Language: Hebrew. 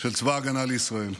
של צבא ההגנה לישראל.